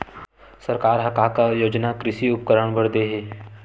सरकार ह का का योजना कृषि उपकरण बर दे हवय?